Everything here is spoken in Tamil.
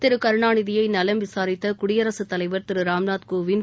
திரு கருணாநிதியை நலம் விசாரித்த குடியரசுத் தலைவர் திரு ராம்நாத் கோவிந்த்